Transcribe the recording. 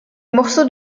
morceaux